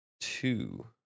two